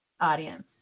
audience